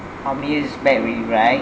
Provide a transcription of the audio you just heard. how many years back already right